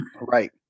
Right